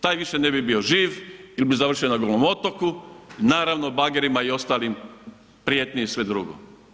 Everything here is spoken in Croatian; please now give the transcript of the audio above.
Taj više ne bi bio živ ili bi završio na Golom otoku, naravno bagerima i ostalim prijetnji i sve drugo.